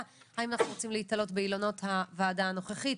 האם אנחנו רוצים להיתלות באילנות הוועדה הנוכחית,